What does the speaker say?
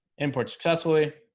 import successfully